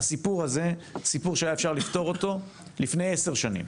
הסיפור הזה זה סיפור שהיה אפשר לפתור אותו לפני עשר שנים.